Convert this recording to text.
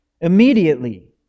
Immediately